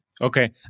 Okay